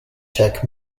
tech